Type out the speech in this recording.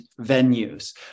venues